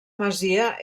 masia